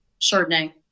Chardonnay